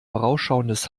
vorausschauendes